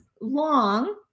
long